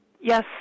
Yes